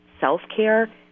self-care